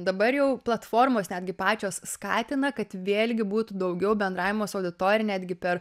dabar jau platformos netgi pačios skatina kad vėlgi būtų daugiau bendravimo su auditorija netgi per